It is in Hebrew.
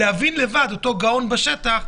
אותו גאון בשטח,